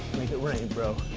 make it rain, bro.